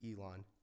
Elon